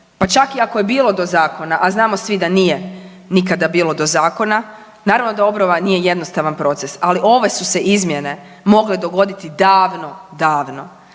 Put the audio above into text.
Pa čak i ako je bilo do zakona, a znamo svi da nije nikada bilo do zakona, naravno da obnova nije jednostavan proces, ali ove su se izmjene mogle dogoditi davno, davno.